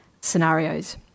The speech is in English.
scenarios